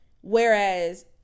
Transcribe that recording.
Whereas